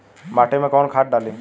माटी में कोउन खाद डाली?